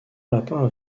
lapin